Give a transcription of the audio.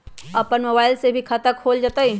अपन मोबाइल से भी खाता खोल जताईं?